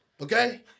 Okay